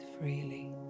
freely